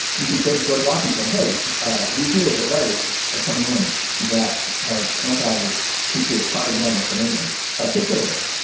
you can say to george washington hey we hear that letters are coming in that have anti patriot propaganda from england take care of those